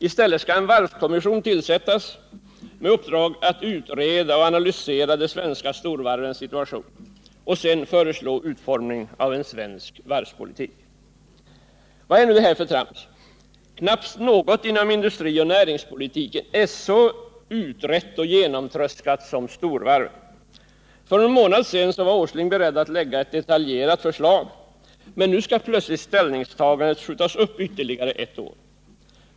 I stället skall en varvskommission tillsättas med uppdrag att utreda och analysera de svenska storvarvens situation, och sedan skall man föreslå utformningen av en svensk varvspolitik. Vad är nu detta för trams? Knappast något inom industrioch näringspolitiken är så utrett och genomtröskat som storvarven. För någon månad sedan var Nils Åsling beredd att lägga fram ett detaljerat förslag, men nu skall plötsligt ställningstagandet skjutas upp ytterligare ett år.